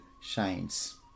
shines